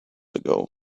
ago